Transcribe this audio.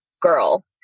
girl